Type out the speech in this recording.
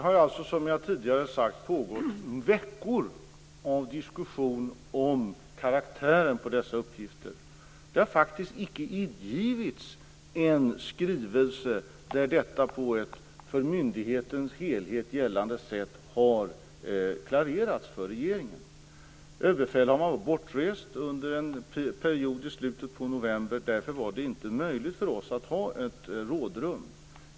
Fru talman! Som jag tidigare har sagt har det pågått diskussioner i veckor om karaktären på dessa uppgifter. Det har faktiskt icke ingivits en skrivelse där detta på ett för myndigheten i helhet gällande sätt har klarerats för regeringen. Överbefälhavaren var bortrest under en period i slutet av november. Därför var det inte möjligt för oss att ha ett rådrum.